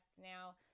now